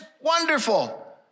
wonderful